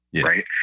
right